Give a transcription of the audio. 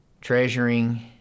treasuring